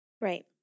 right